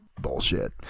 bullshit